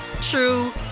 true